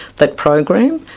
that program,